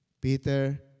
Peter